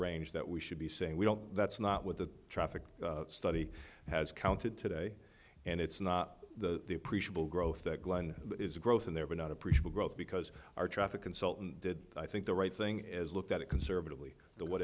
range that we should be saying we don't that's not what the traffic study has counted today and it's not the appreciable growth that glenn is growth and there were not appreciable growth because our traffic consultant did i think the right thing is look at it conservatively the what